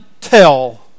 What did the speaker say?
tell